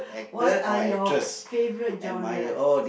what are your favourite genres